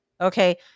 okay